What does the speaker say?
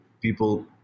people